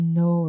no